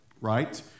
right